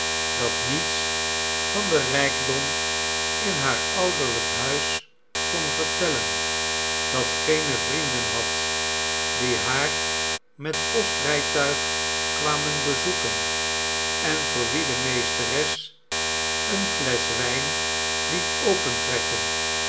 dat niets van den rijkdom in haar ouderlijk huis kon vertellen dat geene vrienden had die haar met postrijtuig kwamen bezoeken en voor wie de meesteres eene flesch wijn liet opentrekken